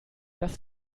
das